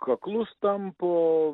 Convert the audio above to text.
kaklus tampo